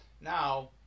now